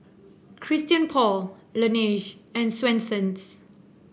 Christian Paul Laneige and Swensens